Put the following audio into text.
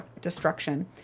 destruction